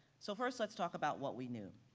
so first, let's talk about what we knew.